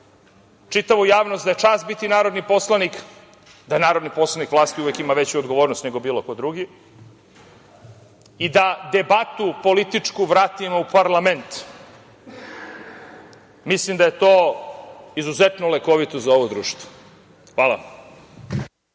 čitavu javnost da je čast biti narodni poslanik, da narodni poslanik vlasti uvek ima veću odgovornost nego bilo ko drugi i da debatu političku vratimo u parlament. Mislim da je to izuzetno lekovito za ovo društvo. Hvala.